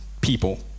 people